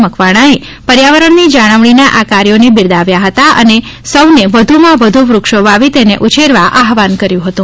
મકવાણાએ પર્યાવરણના જાળવણીના આ કાર્યોને બિરદાવ્યા હતા અને સૌને વધુમાં વધુ વૃક્ષો વાવી તેને ઉછેરવા આહવાન કરાયું હતું